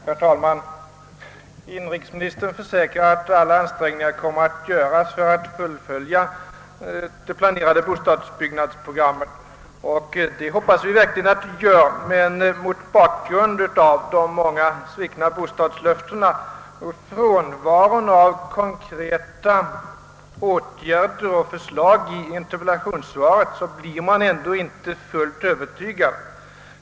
Herr talman! Inrikesministern försäkrade att alla ansträngningar kommer att göras för att fullfölja det planerade bostadsbyggnadsprogrammet — och det hoppas vi verkligen. Men mot bakgrund av de många svikna bostadslöftena och frånvaron av konkreta åtgärder och förslag i interpellationssvaret blir man ändå inte fullt övertygad.